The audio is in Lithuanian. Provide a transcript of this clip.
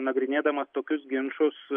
nagrinėdamas tokius ginčus